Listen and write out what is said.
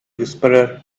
whisperer